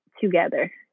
together